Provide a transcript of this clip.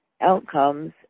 outcomes